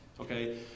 Okay